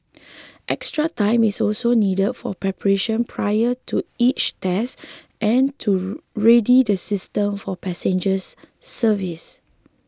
extra time is also needed for preparation prior to each test and to ready the systems for passengers service